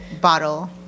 bottle